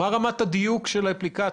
מה רמת הדיוק של האפליקציה?